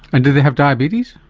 and did they have diabetes?